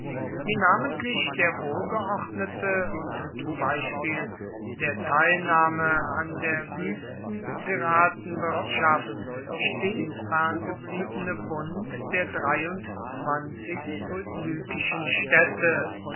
wie namentlich der wohlgeordnete und zum beispiel der teilnahme an der wüsten piratenwirtschaft stets ferngebliebene bund der dreiundzwanzig lykischen städte